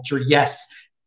Yes